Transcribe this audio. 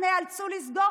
ייאלצו לסגור,